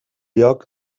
lloc